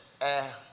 air